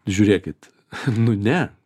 žiūrėkit nu ne